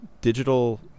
Digital